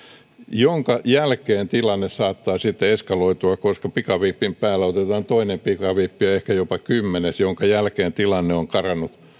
minkä jälkeen tilanne saattaa sitten eskaloitua koska pikavipin päälle otetaan toinen pikavippi ja ehkä jopa kymmenes minkä jälkeen tilanne on karannut